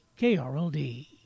KRLD